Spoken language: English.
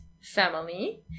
family